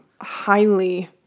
highly